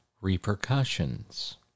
repercussions